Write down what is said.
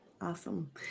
awesome